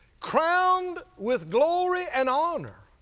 crowned with glory and honor